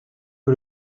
que